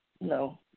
No